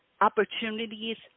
opportunities